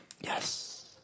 yes